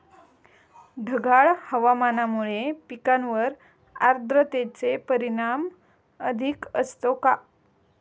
ढगाळ हवामानामुळे पिकांवर आर्द्रतेचे परिणाम अधिक असतो का?